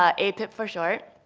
ah aapip for short.